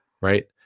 right